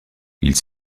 ils